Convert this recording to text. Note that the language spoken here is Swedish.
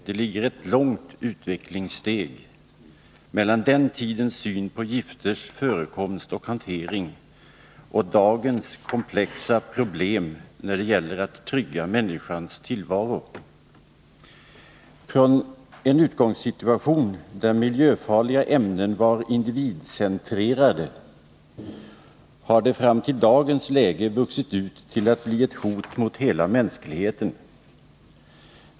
Det ligger ett långt utvecklingssteg mellan den tidens syn på gifters förekomst och hantering och dagens komplexa problem när det gäller att trygga människans tillvaro. Från en utgångssituation där miljöfarliga ämnen var individcentrerade har de fram till dagens läge vuxit ut till att bli ett hot mot hela mänskligheten.